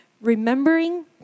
remembering